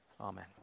Amen